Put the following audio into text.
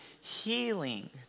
healing